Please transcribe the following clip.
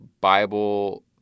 Bible